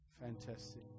Fantastic